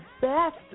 best